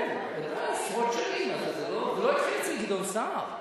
כן, עשרות שנים, זה לא התחיל אצל גדעון סער.